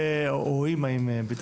או אמא עם בתה.